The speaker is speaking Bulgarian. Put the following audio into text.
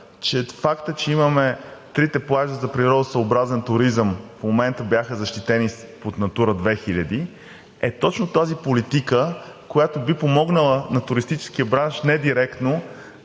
че факт е, че имаме трите плажа за природосъобразен туризъм – в момента бяха защитени от „Натура 2000“, е точно тази политика, която би помогнала на туристическия бранш не директно